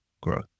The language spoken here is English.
growth